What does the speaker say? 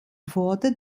worte